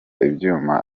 ibyuma